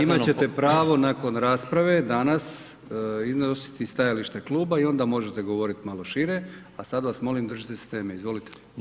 Imate, imat ćete pravo nakon rasprave danas iznositi stajalište kluba i onda možete govorit malo šire, a sad vas molim držite se teme, izvolite.